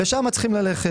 לשם יש ללכת.